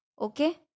okay